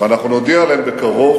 ואנחנו נודיע עליהם בקרוב,